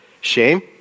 Shame